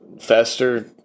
faster